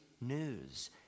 news